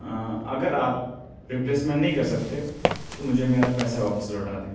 اگر آپ ریپلیسمینٹ نہیں کر سکتے تو مجھے میرا پیسہ واپس لوٹا دیں